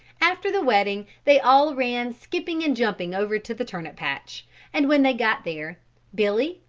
after the wedding they all ran skipping and jumping over to the turnip patch and when they got there billy,